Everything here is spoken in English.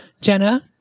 jenna